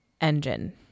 engine